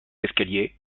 escalier